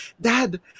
Dad